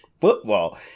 football